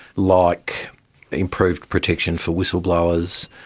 like improved protection for whistleblowers.